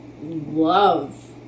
love